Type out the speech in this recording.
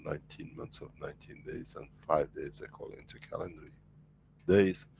nineteen months of nineteen days, and five days according to calendar days,